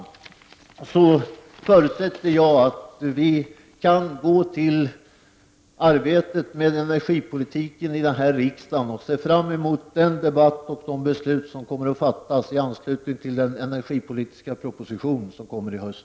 Jag förutsätter härmed att vi här i riksdagen kan gå till arbetet med energipolitiken och ser fram mot den debatt som kommer att föras och de beslut som kommer att fattas i anslutning till den energipolitiska proposition som kommer i höst.